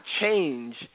change